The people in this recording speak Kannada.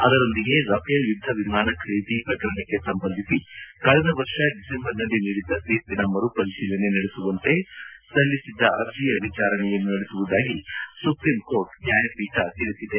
ಅದರೊಂದಿಗೆ ರಫೇಲ್ ಯುದ್ದ ವಿಮಾನ ಖರೀದಿ ಪ್ರಕರಣಕ್ಕೆ ಸಂಬಂಧಿಸಿ ಕಳೆದ ವರ್ಷ ಡಿಸೆಂಬರ್ನಲ್ಲಿ ನೀಡಿದ್ದ ತೀರ್ಷಿನ ಮರು ಪರಿಶೀಲನೆ ನಡೆಸುವಂತೆ ಸಲ್ಲಿಬಿದ್ದ ಅರ್ಜಿಯ ವಿಚಾರಣೆಯನ್ನೂ ನಡೆಸುವುದಾಗಿ ಸುಪ್ರೀಂ ಕೋರ್ಟ್ ನ್ಲಾಯಪೀಠ ತಿಳಿಸಿದೆ